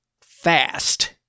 fast